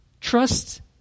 Trust